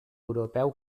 europeu